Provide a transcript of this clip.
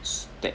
step